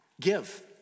Give